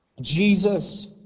Jesus